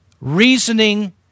reasoning